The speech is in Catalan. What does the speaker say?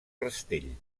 rastell